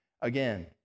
again